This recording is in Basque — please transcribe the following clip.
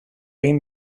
egin